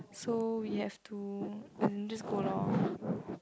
so we have two then just go lor